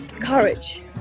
courage